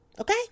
Okay